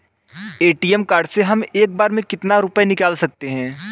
ATM card से हम एक बार में कितने रुपये निकाल सकते हैं?